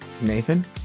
Nathan